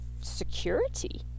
security